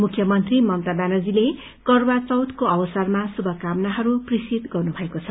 मुख्यमन्त्री ममता ब्यानर्जीले करवा चौथको अवसरमा शुभकामना प्रेषित गर्नुभएको छ